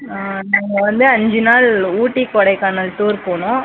ஆ நாங்கள் வந்து அஞ்சு நாள் ஊட்டி கொடைக்கானல் டூர் போகணும்